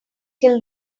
till